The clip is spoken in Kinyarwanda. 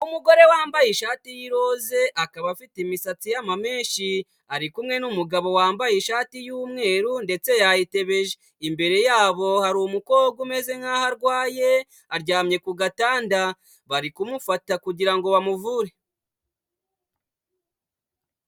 Umugore wambaye ishati y'iroze akaba afite imisatsi y'amamenshi, ari kumwe n'umugabo wambaye ishati y'umweru ndetse yayitebeje, imbere yabo hari umukobwa umeze nkaho arwaye, aryamye ku gatanda bari kumufata kugira ngo bamuvure.